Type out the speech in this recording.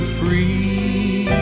free